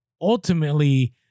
ultimately